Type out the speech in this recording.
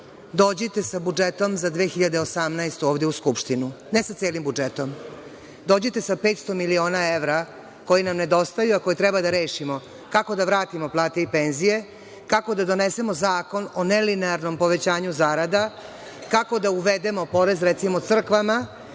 dođite sa budžetom za 2018. godinu ovde u Skupštinu, ne sa celim budžetom. Dođite sa 500 miliona evra, koji nam ne dostaju, a koje treba da rešimo kako da vratimo plate i penzije, kako da donesemo zakon o nelinearnom povećanju zarada, kako da uvedemo porez, recimo crkvama,